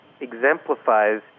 exemplifies